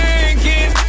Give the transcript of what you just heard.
drinking